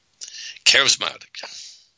charismatic